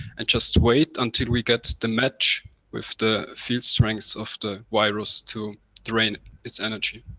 and just wait until we get the match with the field strengths of the virus to drain its energy?